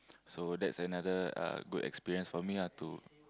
so that's another uh good experience for me ah to